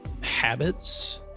habits